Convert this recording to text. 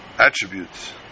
attributes